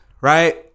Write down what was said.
right